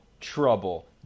trouble